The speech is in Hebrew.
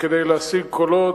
וכדי להשיג קולות.